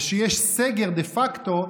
ושיש סגר דה פקטו,